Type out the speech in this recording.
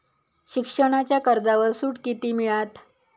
शिक्षणाच्या कर्जावर सूट किती मिळात?